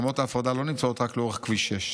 חומות ההפרדה לא נמצאות רק לאורך כביש 6,